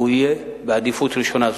היא תהיה בעדיפות ראשונה.